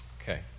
Okay